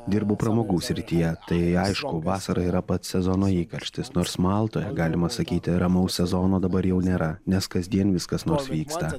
dirbu pramogų srityje tai aišku vasara yra pats sezono įkarštis nors maltoje galima sakyti ramaus sezono dabar jau nėra nes kasdien vis kas nors vyksta